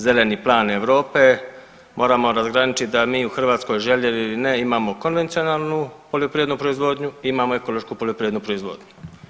Zeleni plan Europe, moramo razgraničiti da mi u Hrvatskoj željeli ili ne imamo konvencionalnu poljoprivrednu proizvodnju i imamo ekološku poljoprivrednu proizvodnju.